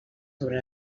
sobre